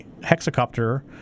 hexacopter